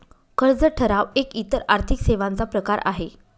कर्ज ठराव एक इतर आर्थिक सेवांचा प्रकार आहे